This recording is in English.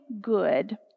good